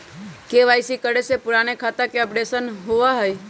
KYC करें से पुराने खाता के अपडेशन होवेई?